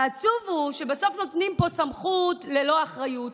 והעצוב הוא שבסוף נותנים פה סמכות ללא אחריות,